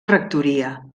rectoria